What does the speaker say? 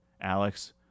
Alex